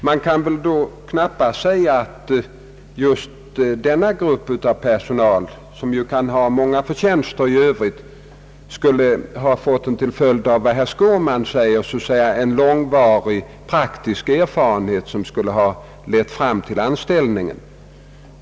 Man kan väl då knappast säga att just denna grupp av personal, som ju kan ha många förtjänster i övrigt, skulle ha fått vad herr Skårman kallar en praktisk långsiktig utbildning.